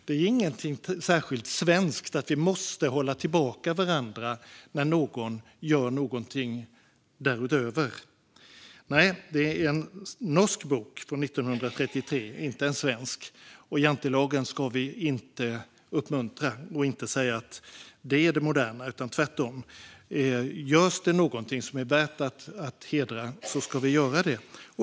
Det är inget särskilt svenskt att vi måste hålla tillbaka varandra när någon gör något utöver det vanliga. Nej, det är en norsk bok från 1933, inte en svensk. Och jantelagen ska vi inte uppmuntra eller kalla modern, utan tvärtom. Görs något som är värt att hedra ska vi göra det.